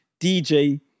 DJ